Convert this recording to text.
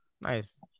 nice